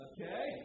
Okay